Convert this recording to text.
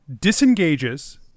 disengages